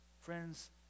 Friends